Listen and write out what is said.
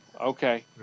Okay